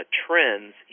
trends